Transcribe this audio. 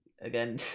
again